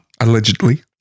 Allegedly